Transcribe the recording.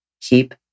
keep